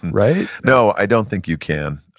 right? no, i don't think you can.